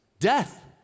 Death